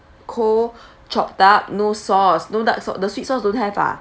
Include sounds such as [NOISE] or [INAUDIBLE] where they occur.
cold [BREATH] chopped duck no sauce no duck sauce the sweet sauce don't have ah